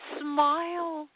smile